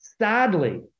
sadly